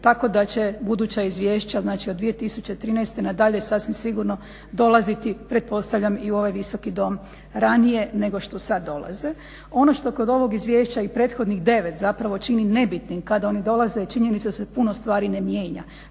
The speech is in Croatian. Tako da će buduća izvješća, znači od 2013. nadalje sasvim sigurno dolaziti pretpostavljam i u ovaj visoki Dom ranije nego što sad dolaze. Ono što kod ovog izvješća i prethodnih 9 zapravo čini nebitnim kada oni dolaze je činjenica da se puno stvari ne mijenja.